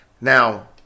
Now